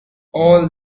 all